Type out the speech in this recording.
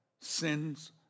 sins